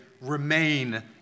remain